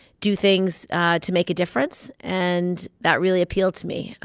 do things to make a difference, and that really appealed to me.